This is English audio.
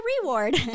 reward